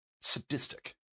Sadistic